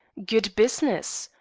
good business!